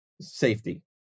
safety